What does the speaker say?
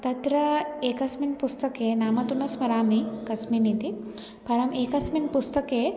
तत्र एकस्मिन् पुस्तके नाम तु न स्मरामि कस्मिन्निति परं एकस्मिन् पुस्तके